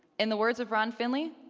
in the words of ron finley,